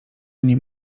nim